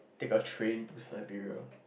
take a train to Siberia